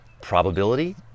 probability